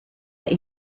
that